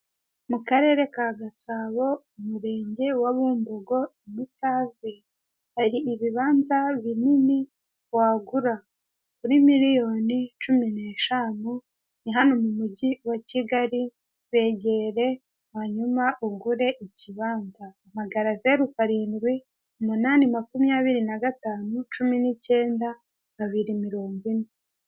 Mu karere ka Gasabo, umurenge wa bumbogo, musave hari ibibanza binini wagura kuri miliyoni cumi neeshanu i hano mu mujyi wa kigali begere hanyuma ugure ikibanza magara zeru karindwi umunani makumyabiri na gatanu cumi n'ikenda kabiri mirongo ine.